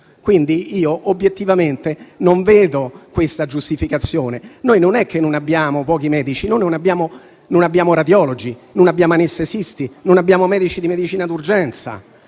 adesso. Obiettivamente, io non vedo questa giustificazione. Non è che noi abbiamo pochi medici. Noi non abbiamo radiologi, non abbiamo anestesisti, non abbiamo medici di medicina d'urgenza